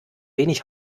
wenig